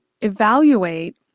evaluate